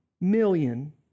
million